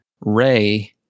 Ray